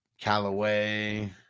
Callaway